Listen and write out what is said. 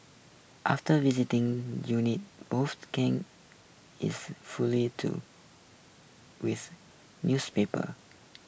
after visiting units both game is fully to with newspapers